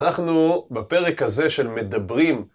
אנחנו בפרק הזה של מדברים.